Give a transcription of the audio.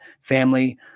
family